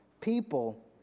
people